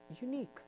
unique